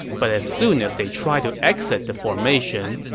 but as soon as they tried to exit the formation,